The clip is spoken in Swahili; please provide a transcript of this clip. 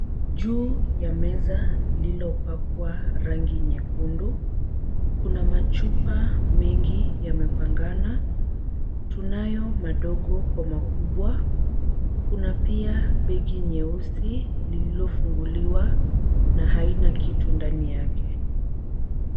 Juu ya meza lililopakwa rangi nyekundu kuna machupa mengi yamepangana. Tunayo madogo kwa makubwa. Kuna pia begi nyeusi lililofunguliwa na haina kitu ndani yake.